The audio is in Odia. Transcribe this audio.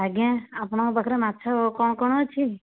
ଆଜ୍ଞା ଆପଣଙ୍କ ପାଖରେ ମାଛ କ'ଣ କ'ଣ ଅଛି